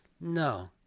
No